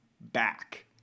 back